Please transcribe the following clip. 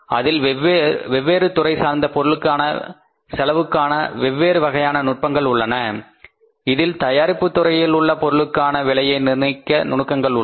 அதில் வெவ்வேறு துறை சார்ந்த பொருட்களுக்கான செலவுகளுக்கான வெவ்வேறு வகையான நுட்பங்கள் உள்ளன இதில் தயாரிப்பு துறையில் உள்ள பொருட்களுக்கான விலையை நிர்ணயிக்க நுணுக்கங்கள் உள்ளன